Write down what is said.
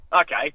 okay